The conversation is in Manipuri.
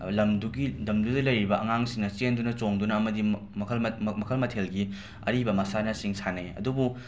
ꯂꯝꯗꯨꯒꯤ ꯂꯝꯗꯨꯗ ꯂꯩꯔꯤꯕ ꯑꯉꯥꯡꯁꯤꯡꯅ ꯆꯦꯟꯗꯨꯅ ꯆꯣꯡꯗꯨꯅ ꯑꯃꯗꯤ ꯃ ꯃꯈꯜ ꯃ ꯃꯈꯜ ꯃꯊꯦꯜꯒꯤ ꯑꯔꯤꯕ ꯃꯁꯥꯟꯅꯁꯤꯡ ꯁꯥꯟꯅꯩ ꯑꯗꯨꯕꯨ